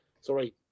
sorry